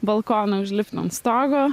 balkoną užlipt ant stogo